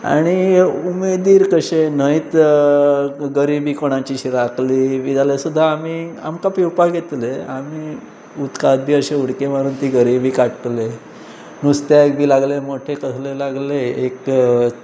आनी उमेदीर कशें न्हंयेंत गरबी कोणाची शी राखली बी जाल्या सुद्दां आमी आमकां पिवपाक येतले आमी उदक बी अश उडकी मारून ती गरीबी काडटले नुस्त्याक बी लागले मोठे कसले लागले एक